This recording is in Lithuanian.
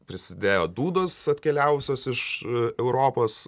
prisidėjo dūdos atkeliavusios iš europos